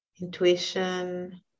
intuition